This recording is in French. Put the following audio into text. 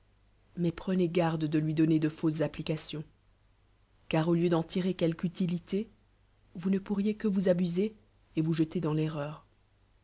mais prenez gal'de de lui donner de fauss'es applications car au lieu d'eu etirer quelque ulililé vous ne poul'riei que oui abuser et voue